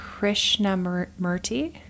Krishnamurti